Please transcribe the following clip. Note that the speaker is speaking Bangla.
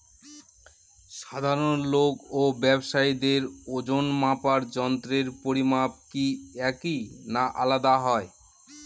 সাধারণ লোক ও ব্যাবসায়ীদের ওজনমাপার যন্ত্রের পরিমাপ কি একই না আলাদা হয়?